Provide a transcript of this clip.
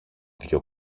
δυο